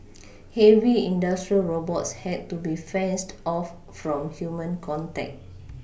heavy industrial robots had to be fenced off from human contact